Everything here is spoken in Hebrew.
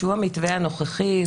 שהוא המתווה הנוכחי,